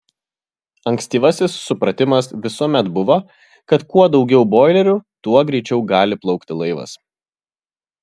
ankstyvasis supratimas visuomet buvo kad kuo daugiau boilerių tuo greičiau gali plaukti laivas